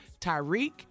Tyreek